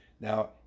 now